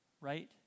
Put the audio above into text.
Right